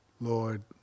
Lord